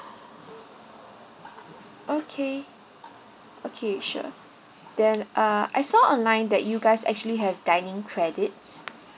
okay okay sure then uh I saw online that you guys actually have dining credits